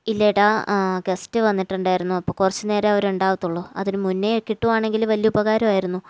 ഇല്ല ഏട്ടാ ഗസ്റ്റ് വന്നിട്ടുണ്ടായിരുന്നു അപ്പോൾ കുറച്ച് നേരമേ അവര് ഉണ്ടാവത്തുള്ളു അതിന് മുന്നെ കിട്ടുകയാണെങ്കില് വലിയ ഉപകാരമായിരുന്നു